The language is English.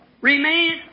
remain